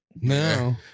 No